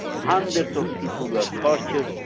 hundreds of people were tortured,